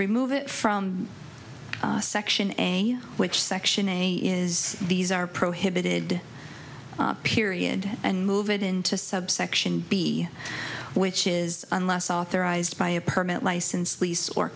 remove it from section a which section a is these are prohibited period and move it into subsection b which is unless authorized by a permit license lease or